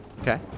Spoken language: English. Okay